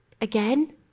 again